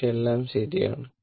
പക്ഷെ എല്ലാം ശരിയാണ്